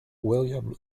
william